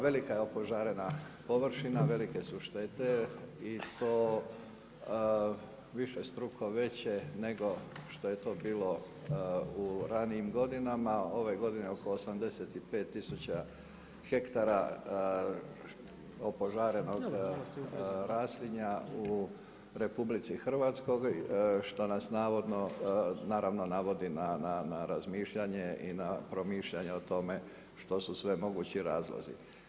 Velika je opožarena površina, velike su štete i to višestruko veće nego što je to bilo u ranijim godinama, ove godine oko 85 tisuća hektara opožarenog raslinja u RH što nas navodno, naravno navodi na razmišljanje i na promišljanje o tome što su sve mogući razlozi.